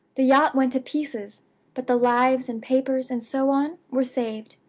the yacht went to pieces but the lives, and papers, and so on, were saved.